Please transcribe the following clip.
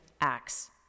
Acts